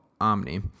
Omni